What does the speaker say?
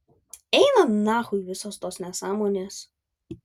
eina nachui visos tos nesąmonės